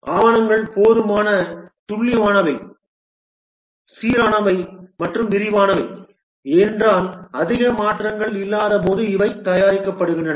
ஆவணங்கள் போதுமான துல்லியமானவை சீரானவை மற்றும் விரிவானவை ஏனென்றால் அதிக மாற்றங்கள் இல்லாதபோது இவை தயாரிக்கப்படுகின்றன